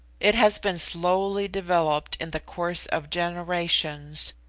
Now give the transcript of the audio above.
it has been slowly developed in the course of generations,